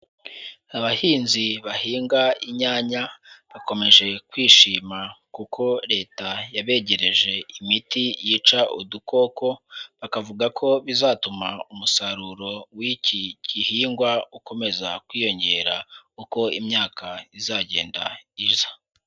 Abahinzi bahinga inyanya bakomeje kwishima kuko Leta yabegereje imiti yica udukoko bakavuga ko bizatuma umusaruro w'iki gihingwa ukomeza kwiyongera uko imyaka izagenda iza.